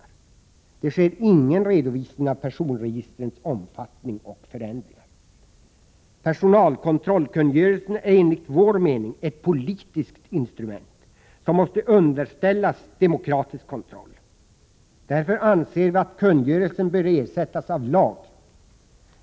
Det sker ingen redovisning av personregistrens omfattning och förändringar. Personalkontrollkungörelsen är enligt vår mening ett politiskt instrument som måste underställas demokratisk kontroll. Därför anser vi att kungörelsen bör ersättas av lag.